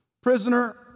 Prisoner